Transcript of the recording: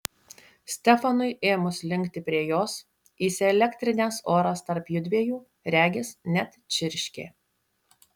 stefanui ėmus linkti prie jos įsielektrinęs oras tarp jųdviejų regis net čirškė